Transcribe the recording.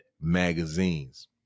magazines